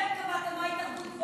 לכן, את אשת התרבות הגדולה.